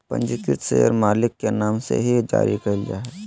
पंजीकृत शेयर मालिक के नाम से ही जारी क़इल जा हइ